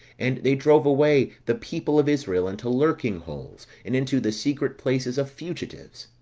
and they drove away the people of israel into lurking holes, and into the secret places of fugitives.